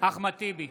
אחמד טיבי,